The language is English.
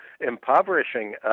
impoverishing